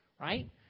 right